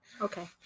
Okay